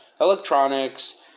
electronics